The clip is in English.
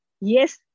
yes